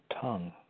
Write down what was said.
tongue